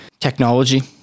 technology